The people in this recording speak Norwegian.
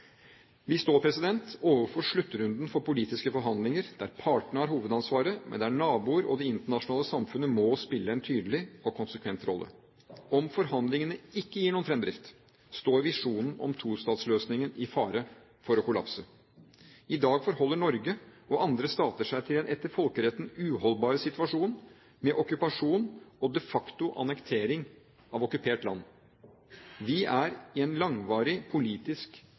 Vi står overfor sluttrunden for politiske forhandlinger, der partene har hovedansvaret, men der naboer og det internasjonale samfunnet må spille en tydelig og konsekvent rolle. Om forhandlingene ikke gir noen fremdrift, står visjonene om tostatsløsningen i fare for å kollapse. I dag forholder Norge og andre stater seg til en etter folkeretten uholdbar situasjon med okkupasjon og en de facto annektering av okkupert land. Vi er i en langvarig politisk